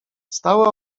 stały